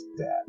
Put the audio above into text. dad